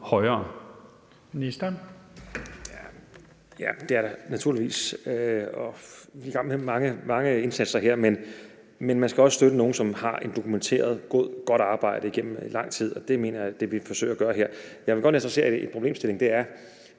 det er der naturligvis. Vi er i gang med mange indsatser her, men man skal også støtte nogle, som gør et dokumenteret godt arbejde igennem lang tid, og det mener jeg er det, vi forsøger at gøre her. Jeg vil godt adressere en problemstilling, og den er,